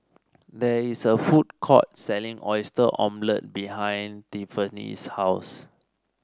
there is a food court selling Oyster Omelette behind Tiffanie's house